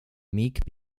meek